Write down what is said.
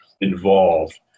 involved